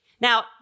Now